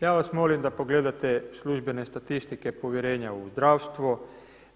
Ja vas molim da pogledate službene statistike povjerenja u zdravstvo,